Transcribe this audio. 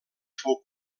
fou